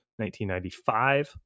1995